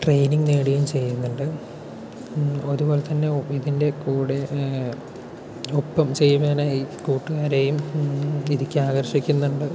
training നേടുകയും ചെയ്യുന്നുണ്ട് അതുപോലെത്തന്നെ ഇതിൻ്റെ കൂടെ ഒപ്പം ചെയ്യുന്നതിനായി കൂട്ടുകാരെയും ഇതിലേക്ക് ആകർഷിക്കുന്നുണ്ട്